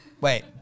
Wait